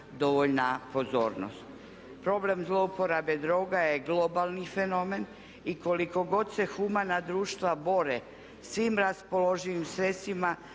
dovoljna pozornost. Problem zlouporabe droga je globalni fenomen i koliko god se humana društva bore svim raspoloživim sredstvima